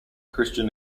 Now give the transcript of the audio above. christian